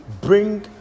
bring